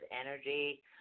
energy